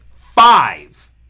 five